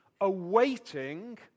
awaiting